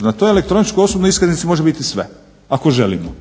na toj elektroničkoj osobnoj iskaznici može biti sve ako želimo.